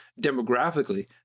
demographically